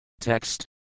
TEXT